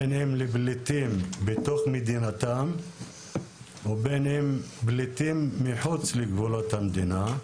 בין אם לפליטים בתוך מדינתם ובין אם פליטים מחוץ לגבולות המדינה.